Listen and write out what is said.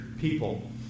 people